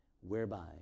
whereby